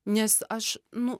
nes aš nu